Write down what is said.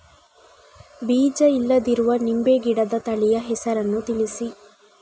ಬೀಜ ಇಲ್ಲದಿರುವ ನಿಂಬೆ ಗಿಡದ ತಳಿಯ ಹೆಸರನ್ನು ತಿಳಿಸಿ?